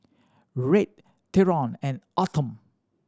Red Theron and Autumn